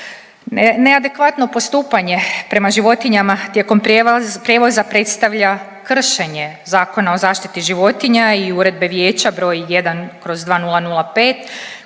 Neadekvatno postupanje prema životinjama tijekom prijevoza predstavlja kršenje Zakona o zaštiti životinja i Uredbe vijeća broj 1/2005